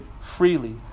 freely